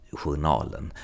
journalen